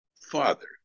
father